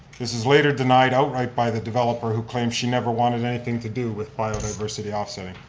this is later denied outright by the developer who claimed she never wanted anything to do with biodiversity offsetting,